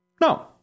No